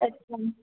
अच्छा